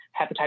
hepatitis